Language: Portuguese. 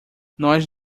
nós